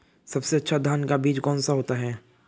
सबसे अच्छा धान का बीज कौन सा होता है?